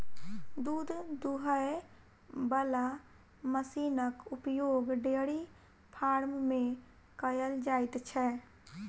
दूध दूहय बला मशीनक उपयोग डेयरी फार्म मे कयल जाइत छै